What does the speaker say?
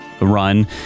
run